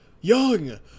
Young